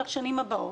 לשנים הבאות.